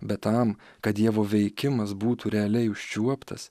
bet tam kad dievo veikimas būtų realiai užčiuoptas